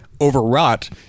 overwrought